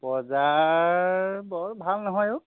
বজাৰ বৰ ভাল নহয় ও